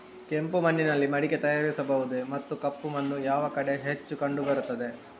ಕೆಂಪು ಮಣ್ಣಿನಲ್ಲಿ ಮಡಿಕೆ ತಯಾರಿಸಬಹುದೇ ಮತ್ತು ಕಪ್ಪು ಮಣ್ಣು ಯಾವ ಕಡೆ ಹೆಚ್ಚು ಕಂಡುಬರುತ್ತದೆ?